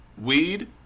weed